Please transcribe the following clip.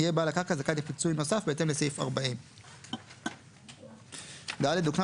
יהיה בעל הקרקע זכאי לפיצוי נוסף בהתאם לסעיף 40. (ד) הוקנה